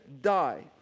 die